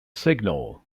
signal